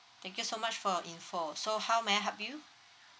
thank you so much for your info so how may I help you